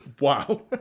Wow